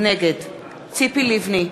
נגד ציפי לבני,